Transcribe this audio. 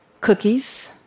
cookies